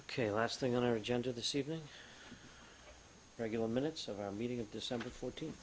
ok last thing on our agenda the saving regular minutes of our meeting of december fourteen